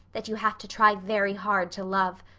that you have to try very hard to love.